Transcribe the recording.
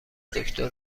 دکتر